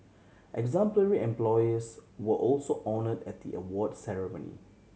exemplary employers were also honoured at the award ceremony